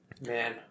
man